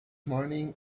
morning